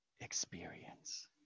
experience